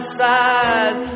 side